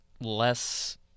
less